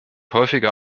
häufiger